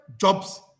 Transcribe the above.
Jobs